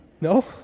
No